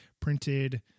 printed